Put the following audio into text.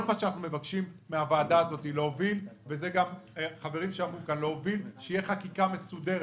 כל מה שאנחנו מבקשים מהוועדה הזאת הוא להוביל שתהיה חקיקה מסודרת.